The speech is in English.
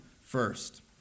first